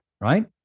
right